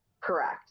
Correct